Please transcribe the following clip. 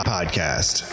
Podcast